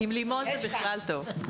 עם לימון זה בכלל טוב.